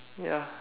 ya